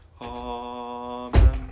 Amen